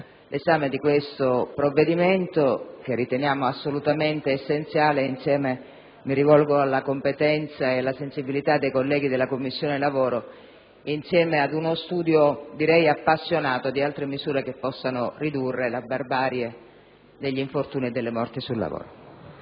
l'esame del provvedimento, che riteniamo assolutamente essenziale - mi rivolgo alla competenza e alla sensibilità dei colleghi della Commissione lavoro - insieme a uno studio appassionato di altre misure che possano ridurre la barbarie degli infortuni e delle morti sul lavoro.